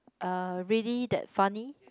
uh really that funny